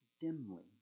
dimly